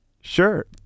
Sure